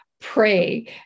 pray